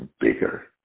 bigger